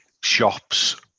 shops